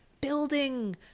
building